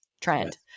trend